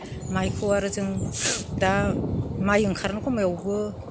माइखौ आरो जों दा माइ ओंखारगोन समायावबो